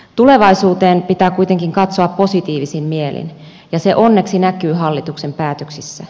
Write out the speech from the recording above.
tulevaisuuteen pitää kuitenkin katsoa positiivisin mielin ja se onneksi näkyy hallituksen päätöksissä